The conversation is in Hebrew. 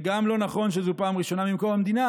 זה גם לא נכון שזו פעם ראשונה במקום המדינה,